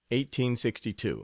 1862